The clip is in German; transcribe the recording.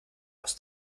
aus